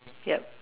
yup